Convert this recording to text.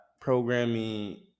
programming